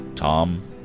Tom